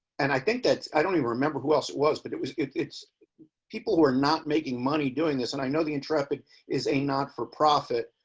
and i think that's, i don't even remember. who else was, but it was it's people who are not making money doing this and i know the intrepid is a not for profit,